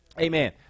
Amen